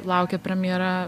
laukia premjera